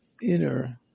inner